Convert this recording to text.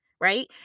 right